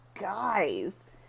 guys